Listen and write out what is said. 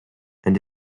and